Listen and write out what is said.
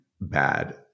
bad